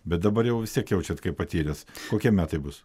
bet dabar jau vis tiek jaučiat kaip patyręs kokie metai bus